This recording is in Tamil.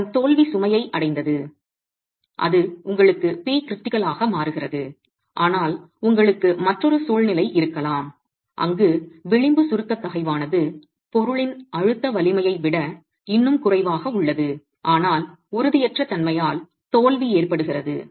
அதன் தோல்விச் சுமையை அடைந்தது அது உங்களுக்கு Pcritical ஆக மாறுகிறது ஆனால் உங்களுக்கு மற்றொரு சூழ்நிலை இருக்கலாம் அங்கு விளிம்பு சுருக்கத் தகைவானது பொருளின் அழுத்த வலிமையை விட இன்னும் குறைவாக உள்ளது ஆனால் உறுதியற்ற தன்மையால் தோல்வி ஏற்படுகிறது